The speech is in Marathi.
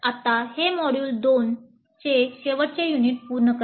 आता हे मॉड्यूल २ चे शेवटचे युनिट पूर्ण करते